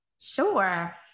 Sure